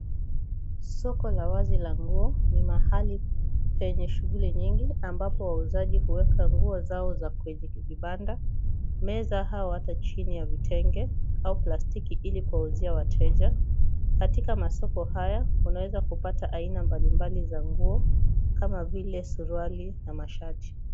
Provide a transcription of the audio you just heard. Soko la wazi la nguo ni mahali penye shughuli nyingi ambapo wauzaji huweka nguo zao kwenye kibanda, meza au hata chini ya vitenge au plastiki ili kuwauzia wateja. Katika masoko haya unaeza kupata aina mbalimbali za nguo kama vile suruali na mashati.